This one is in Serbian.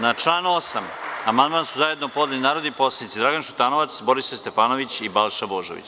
Na član 8. amandman su zajedno podneli narodni poslanici Dragan Šutanovac, Borislav Stefanović i Balša Božović.